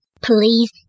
Please